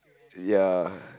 ya